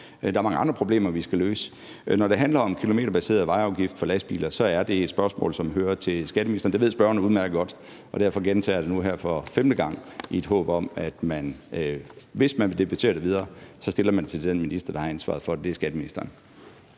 Der er mange andre problemer, vi skal løse. Når det handler om kilometerbaseret vejafgift for lastbiler, er det et spørgsmål, som hører til hos skatteministeren – det ved spørgeren udmærket godt – og derfor gentager jeg det nu her for femte gang, i håb om at man, hvis man vil debattere det yderligere, så stiller spørgsmålet til den minister, der har ansvaret for det, og det er skatteministeren.